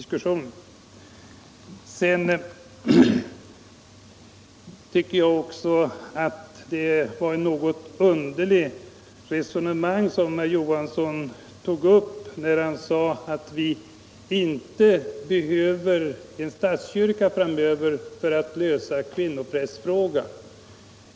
Jag tycker också att det var ett något underligt resonemang som herr Johansson i Trollhättan tog upp när han sade att vi inte behöver en statskyrka framöver för att lösa kvinnoprästfrågan.